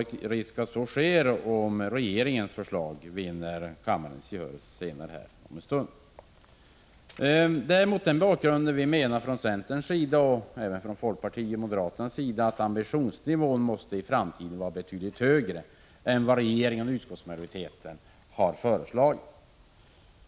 Därför anser centern och även folkpartiet och moderaterna att ambitionsnivån i framtiden måste vara betydligt högre än vad regeringen och utskottsmajoriteten har föreslagit.